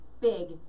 big